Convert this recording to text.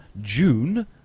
june